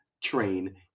train